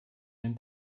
ein